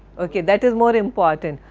ok that is more important.